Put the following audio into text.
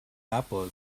apple